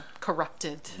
corrupted